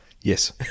Yes